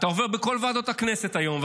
אתה עובר בכל ועדות הכנסת היום,